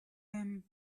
him